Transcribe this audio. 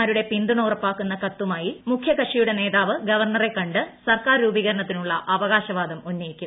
മാരുടെ പിന്തുണ ഉറപ്പാക്കുന്ന കത്തുമായി മുഖ്യകക്ഷിയുടെ നേതാവ് ഗവർണറെ കണ്ട് സർക്കാർ രൂപീകരണത്തിനുള്ള അവകാശവാദം ്ര ഉന്നയിക്കും